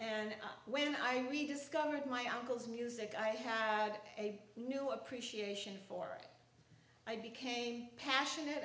and when i rediscovered my uncle's music i had a appreciation for it i became passionate